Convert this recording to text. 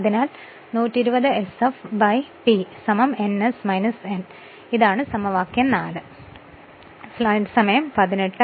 അതിനാൽ 120 sf P ns n ഇതാണ് സമവാക്യം 4